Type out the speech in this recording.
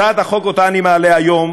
הצעת החוק שאני מעלה היום,